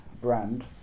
brand